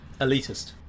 Elitist